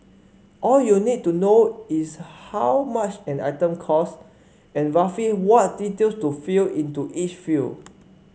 all you need to know is how much an item cost and roughly what details to fill into each field